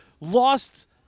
lost